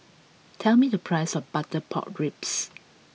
tell me the price of butter pork ribs